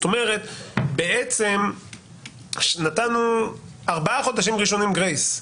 בעצם נתנו ארבעה חודשים ראשונים גרייס.